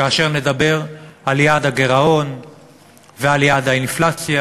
כאשר נדבר על יעד הגירעון ועל יעד האינפלציה,